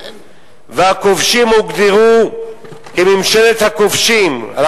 והכובשים הוגדרו "ממשלת הכובשים" אנחנו